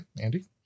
Andy